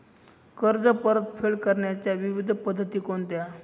कर्ज परतफेड करण्याच्या विविध पद्धती कोणत्या?